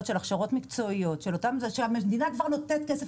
של הכשרות מקצועיות שהמדינה כבר נותנת כסף,